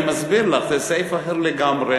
אני מסביר לך, זה סעיף אחר לגמרי.